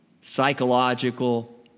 psychological